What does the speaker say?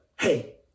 Hey